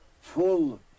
full